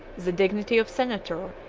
the dignity of senator,